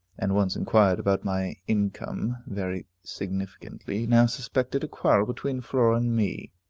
and once inquired about my income very significantly, now suspected a quarrel between flora and me.